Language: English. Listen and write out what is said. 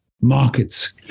markets